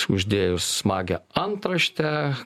uždėjus smagią antraštę